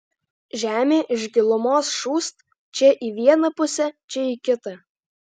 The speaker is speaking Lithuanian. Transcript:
žemė iš gilumos šūst čia į vieną pusę čia į kitą